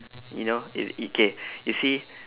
you know i~ okay you see